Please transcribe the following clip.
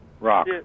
Rock